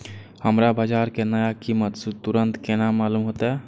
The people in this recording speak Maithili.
हमरा बाजार के नया कीमत तुरंत केना मालूम होते?